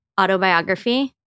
autobiography